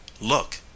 Look